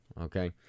okay